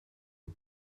het